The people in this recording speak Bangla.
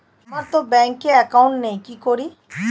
আমারতো ব্যাংকে একাউন্ট নেই কি করি?